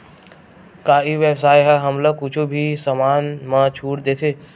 का ई व्यवसाय ह हमला कुछु भी समान मा छुट देथे?